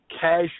cash